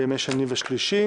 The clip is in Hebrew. בימים שני ושלישי.